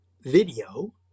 video